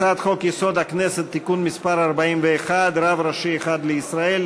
הצעת חוק-יסוד: הכנסת (תיקון מס' 41) (רב ראשי אחד לישראל),